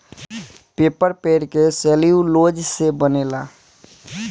paper पेड़ के cellulose से बनेला